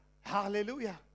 Hallelujah